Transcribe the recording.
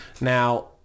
Now